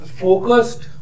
focused